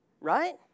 right